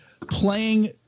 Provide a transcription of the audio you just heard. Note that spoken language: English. playing